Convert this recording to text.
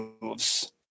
moves